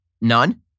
none